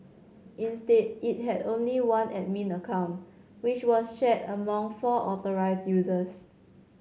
instead it had only one admin account which was shared among four authorised users